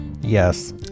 Yes